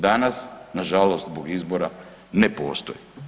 Danas na žalost zbog izbora ne postoji.